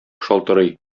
шалтырый